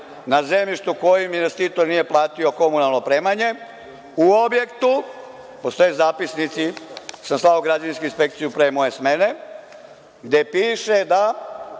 na zemljištu na kojem investitor nije platio komunalno opremanje u objektu, postoje zapisnici jer sam slao građevinsku inspekciju pre moje smene, gde piše da